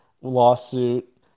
lawsuit